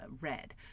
red